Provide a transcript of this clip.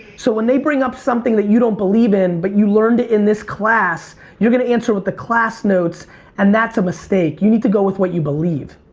so when they bring up something that you don't believe in but you learned in this class you're gonna answer with the class notes and that's a mistake. you need to go with what you believe.